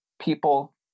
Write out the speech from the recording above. people